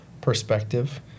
perspective